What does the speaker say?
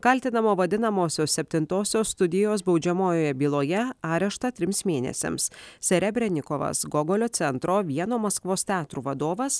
kaltinamo vadinamosios septintosios studijos baudžiamojoje byloje areštą trims mėnesiams serebrenikovas gogolio centro vieno maskvos teatrų vadovas